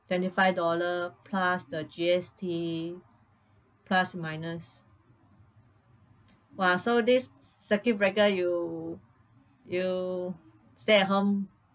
twenty five dollar plus the G_S_T plus minus !wah! so this circuit breaker you you stay at home